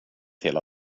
hela